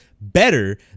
better